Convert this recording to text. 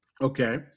Okay